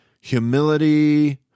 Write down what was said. humility